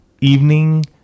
evening